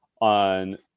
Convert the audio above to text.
on